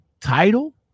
Title